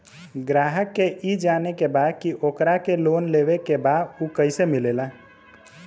ग्राहक के ई जाने के बा की ओकरा के लोन लेवे के बा ऊ कैसे मिलेला?